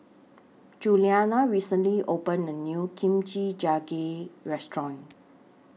Julianna recently opened A New Kimchi Jjigae Restaurant